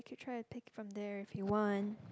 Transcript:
could try and take from there if you want